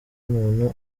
umuntu